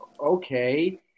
okay